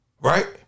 Right